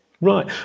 Right